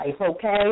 okay